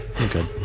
okay